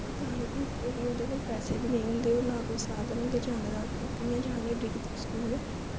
तां नेईं भेजदे क्योंकि उं'दे कोल पैसे बी निं होंदे होर ना कोई साधन होंदा जाने दा कि'यां जान एड्डे एड्डे दूर स्कूल